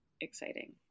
exciting